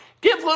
Give